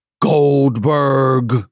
Goldberg